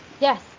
Yes